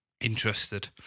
interested